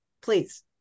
please